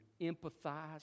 empathize